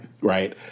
Right